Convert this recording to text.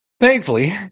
Thankfully